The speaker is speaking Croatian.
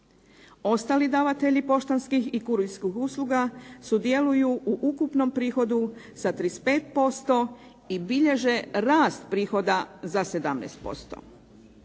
Ostali davatelji poštanskih i kurirskih usluga sudjeluju u ukupnom prihodu sa 35% i bilježe rast prihoda za 17%.